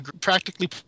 practically